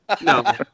no